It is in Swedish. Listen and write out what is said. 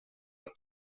att